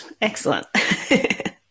excellent